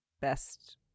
best